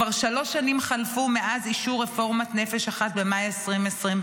כבר שלוש שנים חלפו מאז אישור רפורמת נפש אחת במאי 2021,